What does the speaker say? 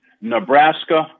Nebraska